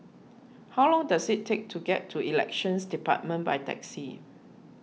how long does it take to get to Elections Department by taxi